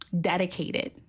dedicated